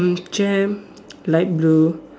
mm chair light blue